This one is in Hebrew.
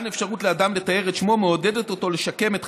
האפשרות לאדם לטהר את שמו מעודדת אותו לשקם את חייו,